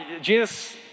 Jesus